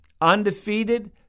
undefeated